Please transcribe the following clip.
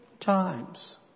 times